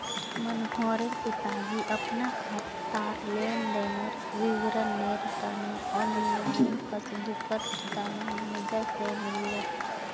मनोहरेर पिताजी अपना खातार लेन देनेर विवरनेर तने ऑनलाइन पस्स्बूकर तने मेनेजर से मिलले